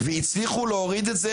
והצליחו להוריד את זה.